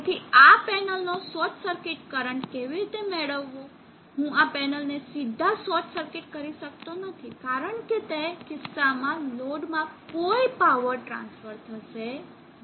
તેથી આ પેનલનો શોર્ટ સર્કિટ કરંટ કેવી રીતે મેળવવો હું આ પેનલને સીધા શોર્ટ સર્કિટ કરી શકતો નથી કારણ કે તે કિસ્સામાં લોડમાં કોઈ પાવર ટ્રાન્સફર થશે નહીં